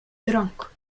drank